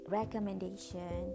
recommendation